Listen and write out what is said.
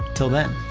till then.